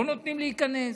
לא נותנים להיכנס?